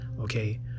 okay